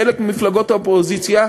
חלק ממפלגות האופוזיציה,